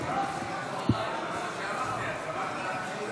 אני מזמין את שר המשפטים, חבר הכנסת יריב